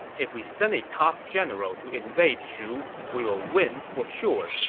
if we send a top general to invade shu, we will win for sure.